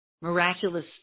miraculous